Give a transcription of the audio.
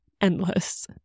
endless